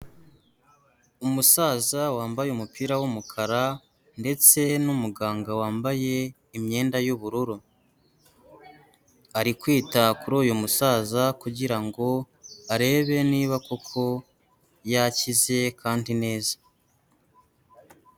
Umusaza wambaye umupira w'umukara ndetse n'umuganga wambaye imyenda y'ubururu, ari kwita kuri uyu musaza kugira ngo arebe niba koko yakize kandi neza.